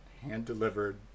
hand-delivered